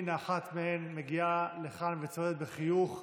הינה אחת מהן מגיעה לכאן וצועדת בחיוך,